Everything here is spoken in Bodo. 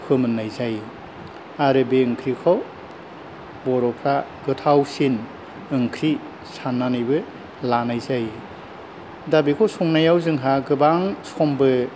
फोमोन्नाय जायो आरो बे ओंख्रिखौ बर'फ्रा गोथावसिन ओंख्रि सान्नानैबो लानाय जायो दा बेखौ संनायाव जोंहा गोबां समबो